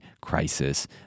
crisis